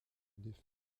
défaite